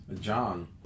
John